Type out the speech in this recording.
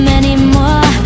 anymore